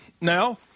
now